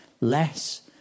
less